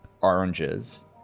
oranges